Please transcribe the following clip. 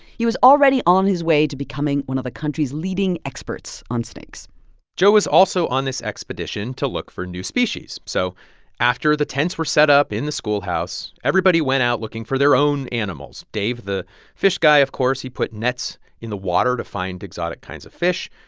he was already on his way to becoming one of the country's leading experts on snakes joe was also on this expedition to look for new species. so after the tents were set up in the schoolhouse, everybody went out looking for their own animals. dave the fish guy of course, he put nets in the water to find exotic kinds of fish.